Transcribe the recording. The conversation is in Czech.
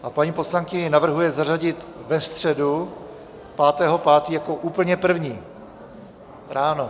A paní poslankyně navrhuje zařadit ve středu 5. 5. jako úplně první ráno.